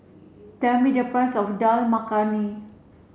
tell me the price of Dal Makhani